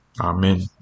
Amen